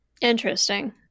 Interesting